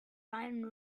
wine